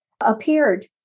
appeared